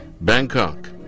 Bangkok